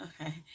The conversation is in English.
Okay